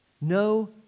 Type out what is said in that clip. no